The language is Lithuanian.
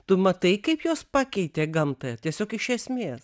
tu matai kaip juos pakeitė gamtą tiesiog iš esmės